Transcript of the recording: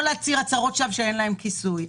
להצהיר הצהרות שווא שאין להן כיסוי.